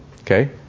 okay